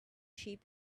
sheep